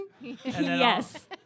Yes